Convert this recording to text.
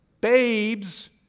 Babes